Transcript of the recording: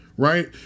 Right